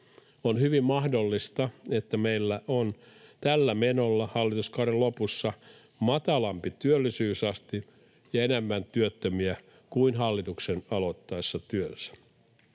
On hyvin mahdollista, että meillä on tällä menolla hallituskauden lopussa matalampi työllisyysaste ja enemmän työttömiä kuin hallituksen aloittaessa työnsä.